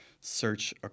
search